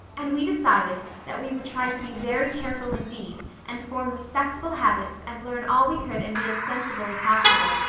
and we decided that we would try to be very careful indeed and form respectable habits and learn all we could and be as sensible as possible,